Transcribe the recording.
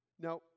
Now